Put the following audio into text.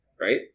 right